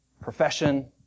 profession